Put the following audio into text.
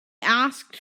asked